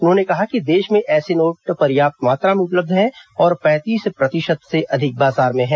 उन्होंने कहा कि देश में ऐसे नोट पर्याप्त मात्रा में उपलब्ध हैं और पैंतीस प्रतिशत से अधिक बाजार में हैं